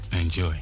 enjoy